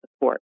support